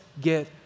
get